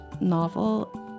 novel